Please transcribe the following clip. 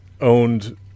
owned